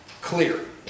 clear